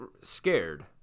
scared